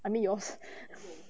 I mean yours